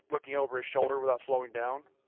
looking over his shoulder without slowing down.